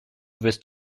wirst